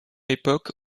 époque